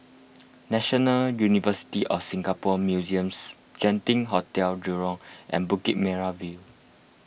National University of Singapore Museums Genting Hotel Jurong and Bukit Merah View